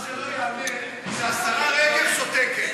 מה שלא ייאמן, שהשרה רגב שותקת,